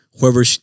Whoever